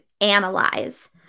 analyze